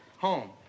home